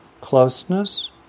closeness